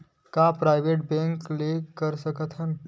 का private bank ले कर सकत हन?